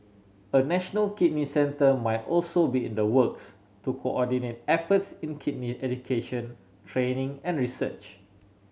a national kidney centre might also be in the works to coordinate efforts in kidney education training and research